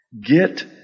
Get